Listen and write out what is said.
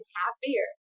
happier